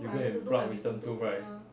you go and pluck wisdom tooth right